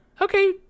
Okay